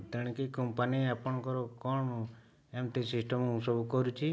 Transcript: ତେଣିକି କମ୍ପାନୀ ଆପଣଙ୍କର କ'ଣ ଏମିତି ସିଷ୍ଟମ୍ ସବୁ କରୁଛି